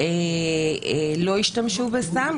לא ישתמשו בסם,